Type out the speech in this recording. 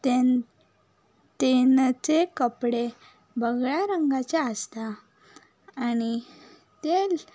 तेन तेनाचे कपडे बगळ्या रंगाचे आसता आनी ते